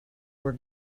were